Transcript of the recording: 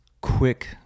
quick